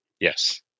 yes